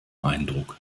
eindruck